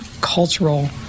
cultural